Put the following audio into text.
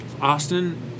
Austin